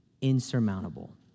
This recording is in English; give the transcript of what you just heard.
insurmountable